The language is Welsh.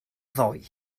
ddoe